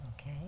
Okay